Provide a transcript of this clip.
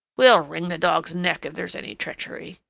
we'll wring the dog's neck if there's any treachery.